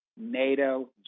NATO